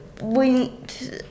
went